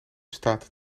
staat